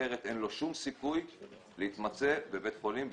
אחרת אין לו שום סיכוי להתמצא בבית חולים בישראל.